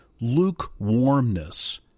Lukewarmness